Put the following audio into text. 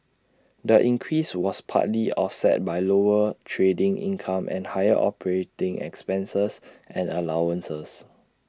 the increase was partly offset by lower trading income and higher operating expenses and allowances